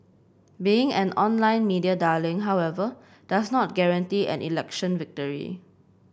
being an online media darling however does not guarantee an election victory